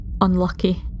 unlucky